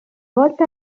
volta